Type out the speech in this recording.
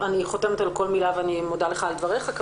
חותמת על כל מילה ואני מודה לך על דבריך.